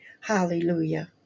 hallelujah